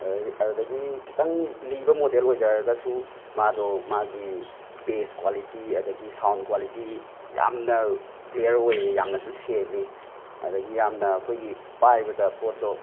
ꯑꯗꯒꯤ ꯑꯗꯨꯗꯒꯤ ꯈꯤꯇꯪ ꯂꯤꯕ ꯃꯣꯗꯦꯜ ꯑꯣꯏꯖꯔꯒꯁꯨ ꯃꯥꯗꯣ ꯃꯥꯒꯤ ꯕꯦꯖ ꯀ꯭ꯋꯥꯂꯤꯇꯤ ꯑꯗꯒꯤ ꯁꯥꯎꯟ ꯀ꯭ꯋꯥꯂꯤꯇꯤ ꯌꯥꯝꯅ ꯀ꯭ꯂꯤꯌꯔ ꯑꯣꯏꯌꯦ ꯌꯥꯝꯅꯁꯨ ꯁꯦꯡꯉꯦ ꯑꯗꯒꯤ ꯌꯥꯝꯅ ꯑꯩꯈꯣꯏꯒꯤ ꯄꯥꯏꯕꯗ ꯄꯣꯠꯇꯣ